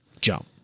jump